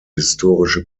historische